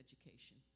education